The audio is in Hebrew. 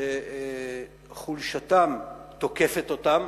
שחולשתם תוקפת אותם